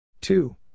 two